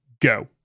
Go